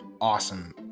awesome